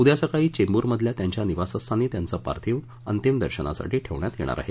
उद्या सकाळी चेंबूर मधल्या त्यांच्या निवासस्थानी त्यांचं पार्थिव अंतिम दर्शनासाठी ठेवण्यात येणार आहे